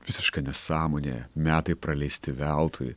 visiška nesąmonė metai praleisti veltui